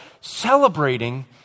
celebrating